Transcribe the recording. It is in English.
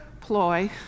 ploy